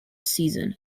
season